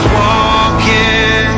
walking